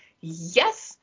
yes